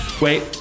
Wait